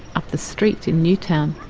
up the street in newtown,